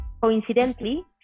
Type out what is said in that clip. coincidentally